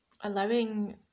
allowing